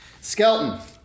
Skeleton